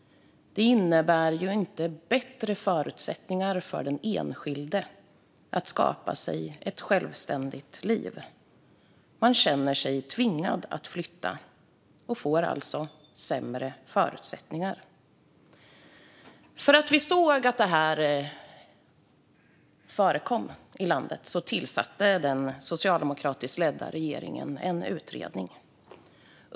Det innebär ju inte bättre förutsättningar för den enskilde att skapa sig ett självständigt liv. Man känner sig tvingad att flytta och får alltså sämre förutsättningar. Eftersom vi såg att detta förekom i landet tillsatte den socialdemokratiskt ledda regeringen en utredning.